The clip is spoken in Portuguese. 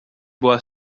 boa